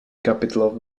capital